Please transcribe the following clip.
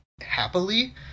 happily